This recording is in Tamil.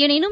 எனினும்